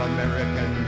American